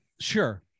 Sure